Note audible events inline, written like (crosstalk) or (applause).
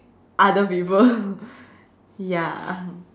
other people (laughs) ya